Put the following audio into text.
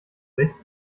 sich